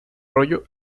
rollo